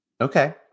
Okay